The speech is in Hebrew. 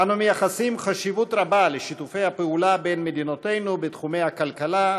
אנו מייחסים חשיבות רבה לשיתופי הפעולה בין מדינותינו בתחומי הכלכלה,